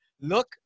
look